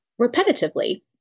repetitively